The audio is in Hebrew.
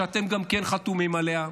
שגם אתם חתומים עליה,